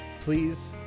please